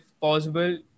possible